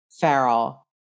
Farrell